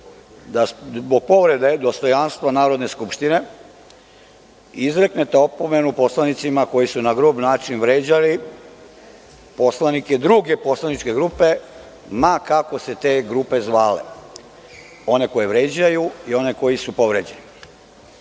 da zbog povrede dostojanstva Narodne skupštine izreknete opomenu narodnim poslanicima koji su na grub način vređali poslanike druge poslaničke grupe ma kako se te poslaničke grupe zvale, one koje vređaju i one koje su povređene. Gospodine